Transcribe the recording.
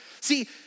See